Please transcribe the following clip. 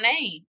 name